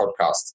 podcast